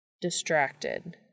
Distracted